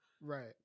Right